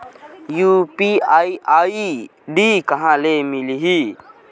UPI ID कहां ले मिलही?